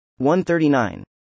139